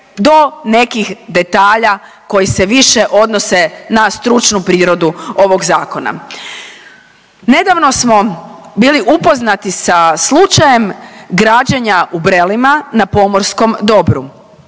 do nekih detalja koji se više odnose na stručnu prirodu ovog zakona. Nedavno smo bili upoznati sa slučajem građenja u Brelima na pomorskom dobru.